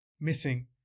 missing